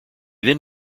then